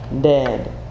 dead